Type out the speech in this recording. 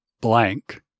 blank